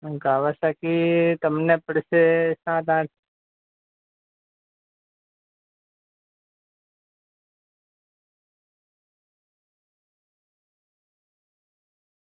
Kawasaki તમને પડશે સાત આઠ